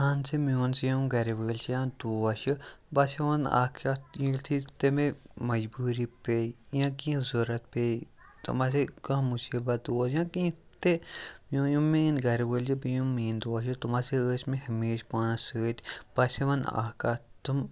آہن سا میٛون سا یِم گَرٕ وٲلۍ چھِ یا دوس چھِ بہٕ ہسا ونان اکھ کتھ ییٚلہِ تہِ مےٚ مجبوٗری پے یا کیٚنٛہہ ضوٚرَتھ پے تِم آسے کانٛہہ مُصیٖبت اوس یا کیٚنٛہہ تہِ مےٚ ؤناو میٛٲنۍ گَرٕ وٲلۍ چھِ بیٚیہِ یِم میٛٲنۍ دوس چھِ تِم ہسا ٲسۍ مےٚ ہمیشہِ پانس سۭتۍ بہٕ ہسا وَنان اکھ کتھ تِم